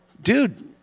dude